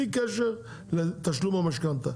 בלי קשר לתשלום המשכנתה.